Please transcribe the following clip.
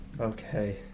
Okay